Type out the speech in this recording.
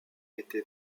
été